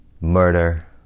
Murder